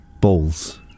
balls